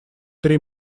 три